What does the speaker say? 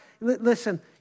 listen